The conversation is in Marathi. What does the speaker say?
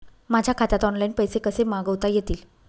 माझ्या खात्यात ऑनलाइन पैसे कसे मागवता येतील?